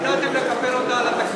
ידעתם לקפל אותה על התקציב.